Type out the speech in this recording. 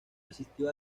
asistió